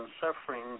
suffering